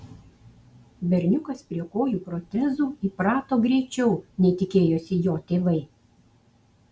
berniukas prie kojų protezų įprato greičiau nei tikėjosi jo tėvai